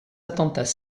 attentats